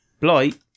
Blight